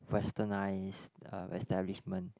westernised establishment